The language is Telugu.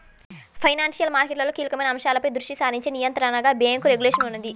ఫైనాన్షియల్ మార్కెట్లలో కీలకమైన అంశాలపై దృష్టి సారించే నియంత్రణగా బ్యేంకు రెగ్యులేషన్ ఉన్నది